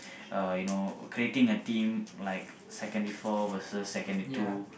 uh you know creating a team like secondary four vs secondary two